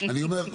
אני אומר,